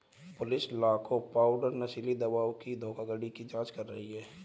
police लाखों pound नशीली दवाओं की धोखाधड़ी की जांच कर रही है